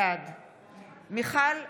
בעד מיכל וולדיגר,